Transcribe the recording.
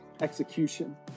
execution